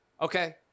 Okay